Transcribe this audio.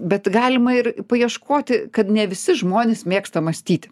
bet galima ir paieškoti kad ne visi žmonės mėgsta mąstyti